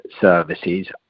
services